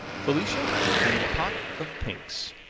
felicia and the pot of pinks